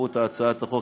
כשתקראו את הצעת החוק,